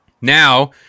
Now